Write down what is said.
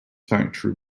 factory